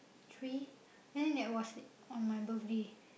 three but then that was on my birthday